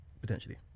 Potentially